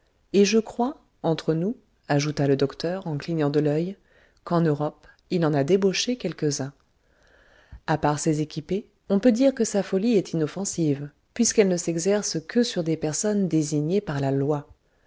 et je crois entre nous ajouta le docteur en clignant de l'œil qu'en europe il en a débauché quelques-uns à part ces équipées on peut dire que sa folie est inoffensive puisqu'elle ne s'exerce que sur des personnes désignées par la loi